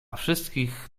wszystkich